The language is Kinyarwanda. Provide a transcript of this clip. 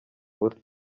ubusa